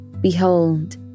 behold